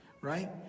Right